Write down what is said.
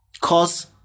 cause